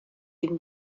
even